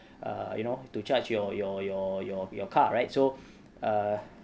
uh you know to charge your your your your your car right so err